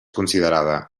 considerada